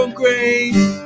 grace